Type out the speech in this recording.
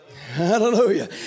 Hallelujah